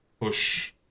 push